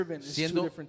Siendo